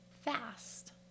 fast